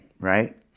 right